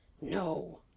No